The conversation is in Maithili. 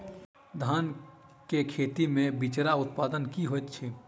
धान केँ खेती मे बिचरा उत्पादन की होइत छी?